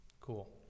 Cool